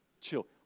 Chill